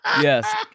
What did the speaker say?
Yes